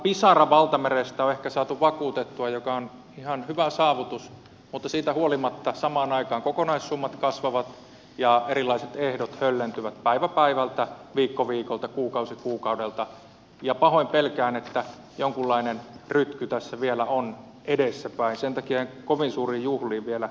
pisara valtamerestä on ehkä saatu vakuutettua mikä on ihan hyvä saavutus mutta siitä huolimatta samaan aikaan kokonaissummat kasvavat ja erilaiset ehdot höllentyvät päivä päivältä viikko viikolta kuukausi kuukaudelta ja pahoin pelkään että jonkunlainen rytky tässä vielä on edessäpäin sen takia en kovin suuriin juhliin vielä yltyisi